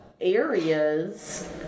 areas